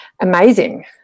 amazing